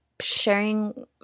sharing